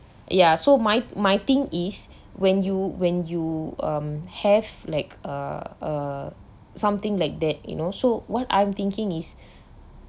ya so my my thing is when you when you um have like a uh something like that you know so what I'm thinking is